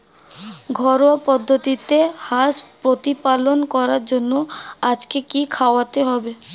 ঘরোয়া পদ্ধতিতে হাঁস প্রতিপালন করার জন্য আজকে কি খাওয়াতে হবে?